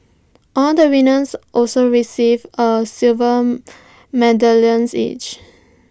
all the winners also received A silver medallion each